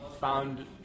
found